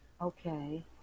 Okay